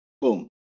boom